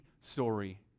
story